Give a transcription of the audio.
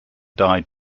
died